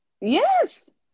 Yes